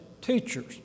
teachers